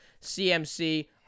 CMC